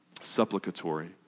supplicatory